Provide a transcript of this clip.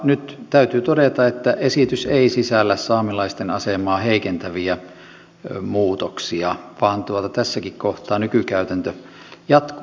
nyt täytyy todeta että esitys ei sisällä saamelaisten asemaa heikentäviä muutoksia vaan tässäkin kohtaa nykykäytäntö jatkuu